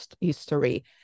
history